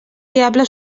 diable